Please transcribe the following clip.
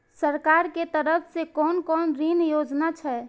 सरकार के तरफ से कोन कोन ऋण योजना छै?